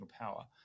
power